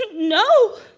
no,